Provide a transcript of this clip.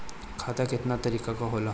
खाता केतना तरीका के होला?